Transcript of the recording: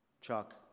Chuck